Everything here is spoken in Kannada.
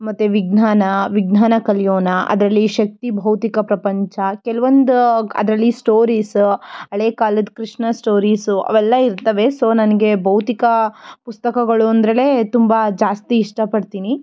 ಮತ್ತು ವಿಜ್ಞಾನ ವಿಜ್ಞಾನ ಕಲಿಯೋಣ ಅದರಲ್ಲಿ ಶಕ್ತಿ ಭೌತಿಕ ಪ್ರಪಂಚ ಕೆಲ್ವೊಂದು ಅದರಲ್ಲಿ ಸ್ಟೋರೀಸ ಹಳೆ ಕಾಲದ ಕೃಷ್ಣ ಸ್ಟೋರೀಸು ಅವೆಲ್ಲ ಇರ್ತವೆ ಸೊ ನನಗೆ ಭೌತಿಕ ಪುಸ್ತಕಗಳು ಅಂದ್ರೆ ತುಂಬ ಜಾಸ್ತಿ ಇಷ್ಟಪಡ್ತೀನಿ